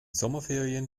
sommerferien